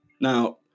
Now